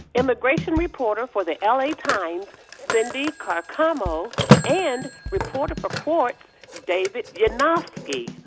immigration reporter for the ah la times cindy carcamo and reporter for quartz david yanofsky.